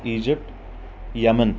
Egypt Yemen